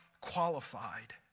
qualified